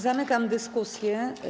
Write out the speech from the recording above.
Zamykam dyskusję.